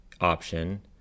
option